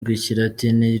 rw’ikilatini